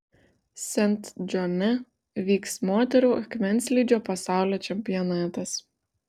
sent džone vyks moterų akmenslydžio pasaulio čempionatas